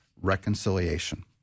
reconciliation